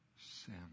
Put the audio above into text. sin